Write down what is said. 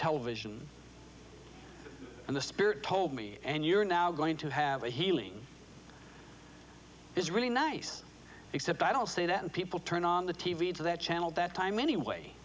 television and the spirit told me and you're now going to have a healing is really nice except i don't see that people turn on the t v to that channel that time anyway